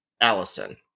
Allison